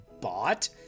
bought